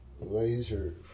Laser